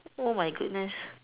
oh my goodness